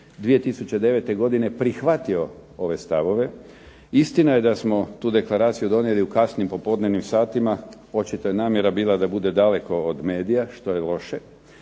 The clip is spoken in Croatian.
2009. godine prihvatio ove stavove. Istina je da smo tu deklaraciju donijeli u kasnijim popodnevnim satima, očita je namjera bila da bude daleko od medija, što je loše.